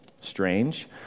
strange